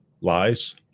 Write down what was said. lies